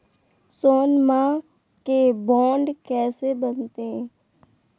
सोनमा के बॉन्ड कैसे बनते?